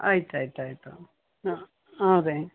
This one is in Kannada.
ಆಯ್ತು ಆಯ್ತು ಆಯಿತು ಹಾಂ ಹಾಂ ರೀ